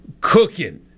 cooking